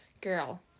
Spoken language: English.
girl